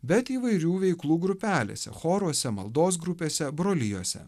bet įvairių veiklų grupelėse choruose maldos grupėse brolijose